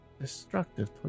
destructive